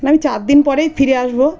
মানে চারদিন পরেই ফিরে আসব